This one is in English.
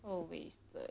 oh wasted